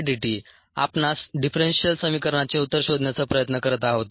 KmSSdSvmdt आपणास differential समीकरणाचे उत्तर शोधण्याचा प्रयत्न करत आहोत